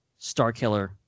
Starkiller